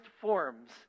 forms